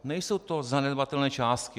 Nejsou to zanedbatelné částky.